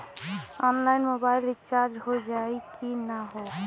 Online mobile recharge हो जाई की ना हो?